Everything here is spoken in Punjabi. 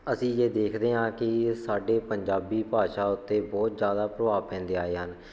ਅਸੀਂ ਜੇ ਦੇਖਦੇ ਹਾਂ ਕਿ ਸਾਡੇ ਪੰਜਾਬੀ ਭਾਸ਼ਾ ਉੱਤੇ ਬਹੁਤ ਜ਼ਿਆਦਾ ਪ੍ਰਭਾਵ ਪੈਂਦੇ ਆਏ ਹਨ